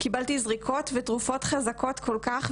קיבלתי זריקות ותרופות חזקות כל כך,